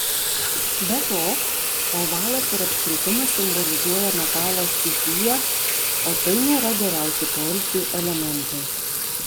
be to ovalas ir apskritimas simbolizuoja metalo stichiją o tai nėra geriausi poilsiui elementai